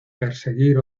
perseguir